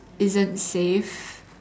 isn't safe